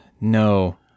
No